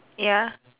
ya